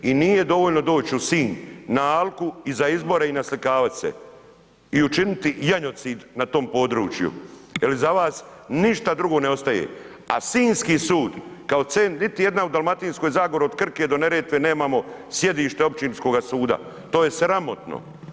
I nije dovoljno doć u Sinj na alku za izbore i naslikavat se i učiniti janjocid na tom području jer iza vas ništa drugo ne ostaje a sinjski sud, niti jedan u Dalmatinskoj zagori od Krke do Neretve nemamo sjedište općinskoga suda, to je sramotno.